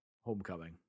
Homecoming